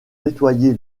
nettoyer